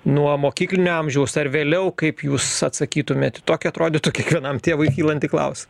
nuo mokyklinio amžiaus ar vėliau kaip jūs atsakytumėt į tokį atrodytų kiekvienam tėvui kylantį klausimą